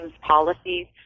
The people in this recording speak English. policies